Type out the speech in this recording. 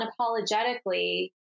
unapologetically